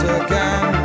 again